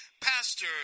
Pastor